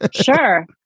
Sure